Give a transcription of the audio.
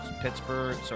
Pittsburgh